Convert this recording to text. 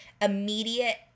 immediate